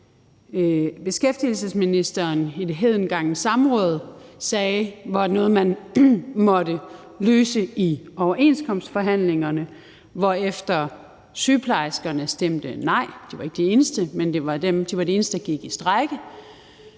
beskæftigelsesministeren i et hedengangent samråd sagde var noget, som man måtte løse i overenskomstforhandlingerne, hvorefter sygeplejerskerne stemte nej. De var ikke de eneste, der gjorde det, men de var de eneste, der gik i strejke